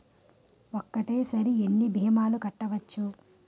ఒక్కటేసరి ఎన్ని భీమాలు కట్టవచ్చు?